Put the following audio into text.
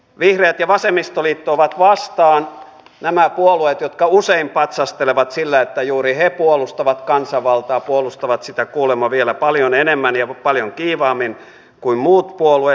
vihreät ja vasemmistoliitto ovat vastaan nämä puolueet jotka usein patsastelevat sillä että juuri he puolustavat kansanvaltaa puolustavat sitä kuulemma vielä paljon enemmän ja paljon kiivaammin kuin muut puolueet